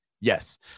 yes